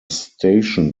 station